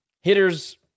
Hitters